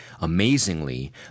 amazingly